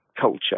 culture